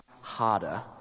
harder